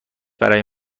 برای